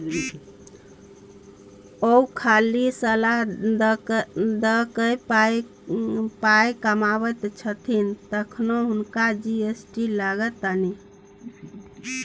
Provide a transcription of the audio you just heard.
ओ खाली सलाह द कए पाय कमाबैत छथि तखनो हुनका जी.एस.टी लागतनि